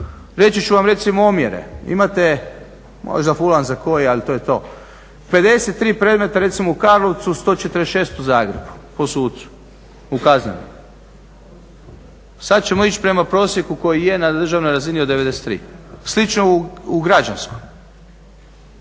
Reći ću vam recimo omjere, imate, možda fulam za koji ali to je to, 53 predmeta recimo u Karlovcu, 146 u Zagrebu po sucu u kaznenom, sada ćemo ići prema prosjeku koji je na državnoj razini od 93. Slično u građanskom.